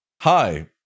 hi